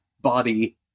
body